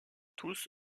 tous